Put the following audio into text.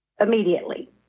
immediately